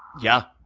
yeah.